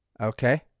okay